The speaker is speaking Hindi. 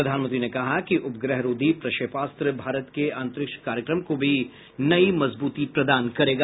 प्रधानमंत्री ने कहा कि उपग्रहरोधी प्रक्षेपास्त्र भारत के अंतरिक्ष कार्यक्रम को भी नई मजबूती प्रदान करेगा